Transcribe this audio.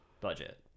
budget